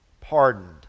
pardoned